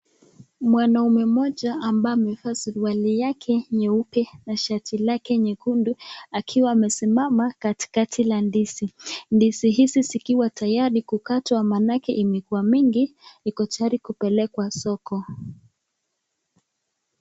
Mwanaume mmoja ambaye amevaa suruali yake nyeupe na shati lake nyekundu akiwa amesimama katikati la ndizi ,ndizi hizi zikiwa tayari kukatwa maanake imekuwa mingi ,iko tayari kuipelekwa soko.